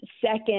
second